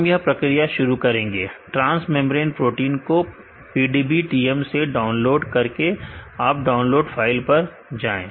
हम यह प्रक्रिया शुरू करेंगे ट्रांस मेंब्रेन प्रोटीन को PDBTM से डाउनलोड करके आप डाउनलोड फाइल पर जाएं